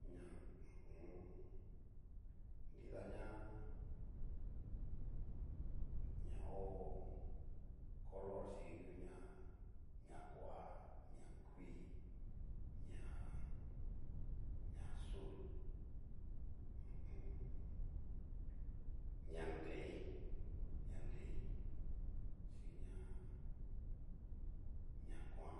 Ña ho o on. nida ña, ña hó colorchí uña, koa, ña kuii, ña-ña azul, ho o on. ña nrei, ñanrei xinña ña ña kuan